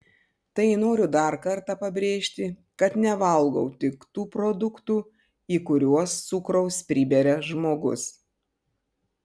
tai noriu dar kartą pabrėžti kad nevalgau tik tų produktų į kuriuos cukraus priberia žmogus